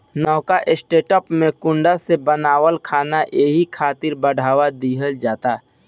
नवका स्टार्टअप में कीड़ा से बनल खाना खाए खातिर बढ़ावा दिहल जाता